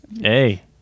Hey